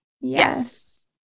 Yes